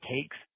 takes